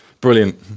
Brilliant